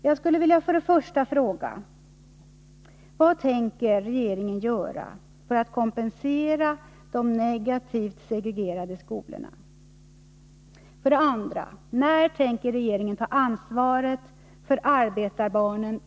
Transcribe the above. Jag vill fråga: I så fall: Med vilka medel tänker man göra det? Fru talman!